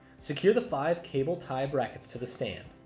secure the five cable tie brackets to the stand.